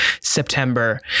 September